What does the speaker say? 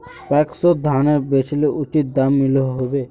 पैक्सोत धानेर बेचले उचित दाम मिलोहो होबे?